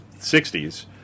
60s